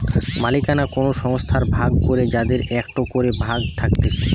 মালিকানা কোন সংস্থার ভাগ করে যাদের একটো করে ভাগ থাকতিছে